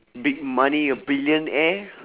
big money a billionaire